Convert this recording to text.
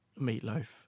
meatloaf